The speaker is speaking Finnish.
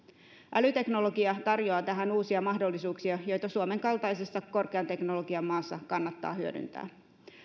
älyteknologia tarjoaa tähän uusia mahdollisuuksia joita suomen kaltaisessa korkean teknologian maassa kannattaa hyödyntää